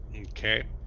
Okay